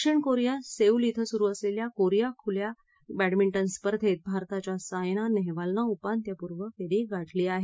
दक्षिण कोरीयात सेऊल शिं सुरु असलेल्या कोरीया खुल्या बॅडमिंटन स्पर्धेत भारताच्या सायना नेहवालनं उपांत्यपूर्व फेरी गाठली आहे